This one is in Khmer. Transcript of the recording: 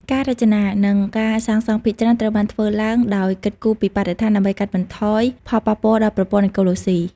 ការរចនា និងការសាងសង់ភាគច្រើនត្រូវបានធ្វើឡើងដោយគិតគូរពីបរិស្ថាន ដើម្បីកាត់បន្ថយផលប៉ះពាល់ដល់ប្រព័ន្ធអេកូឡូស៊ី។